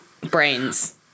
Brains